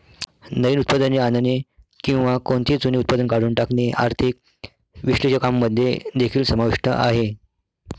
नवीन उत्पादने आणणे किंवा कोणतेही जुने उत्पादन काढून टाकणे आर्थिक विश्लेषकांमध्ये देखील समाविष्ट आहे